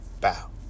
Bow